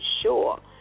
sure